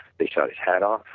they shot his hat off,